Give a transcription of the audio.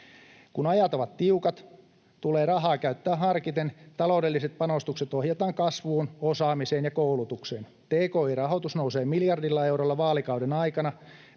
Kun ajat ovat tiukat, tulee rahaa käyttää harkiten. Taloudelliset panostukset ohjataan kasvuun, osaamiseen ja koulutukseen. Tki-rahoitus nousee miljardilla eurolla vaalikauden aikana,